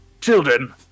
Children